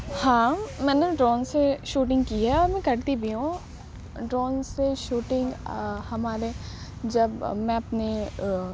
ہاں میں نے ڈرون سے شوٹنگ کی ہے اور میں کرتی بھی ہوں ڈرون سے شوٹنگ ہمارے جب میں اپنے